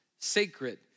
sacred